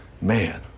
Man